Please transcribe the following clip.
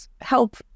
help